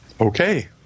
Okay